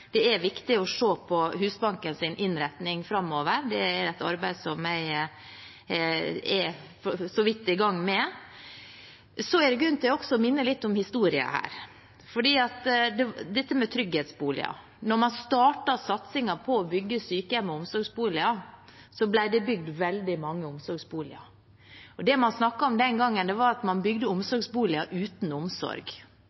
så vidt er i gang med. Det er også grunn til å minne litt om historien her for dette med trygghetsboliger. Da man startet satsingen på å bygge sykehjem og omsorgsboliger, ble det bygd veldig mange omsorgsboliger. Det man snakket om den gangen, var at man bygde omsorgsboliger uten omsorg – tusenvis ble bygd rundt omkring i landet. Det var grunnen til at man